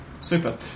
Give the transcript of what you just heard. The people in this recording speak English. Super